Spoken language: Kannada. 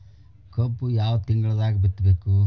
ಕಬ್ಬು ಯಾವ ತಿಂಗಳದಾಗ ಬಿತ್ತಬೇಕು?